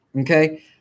Okay